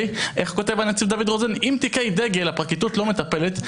איך כותב הנציב דוד רוזן: אם תיקי דגל הפרקליטות לא מטפלת,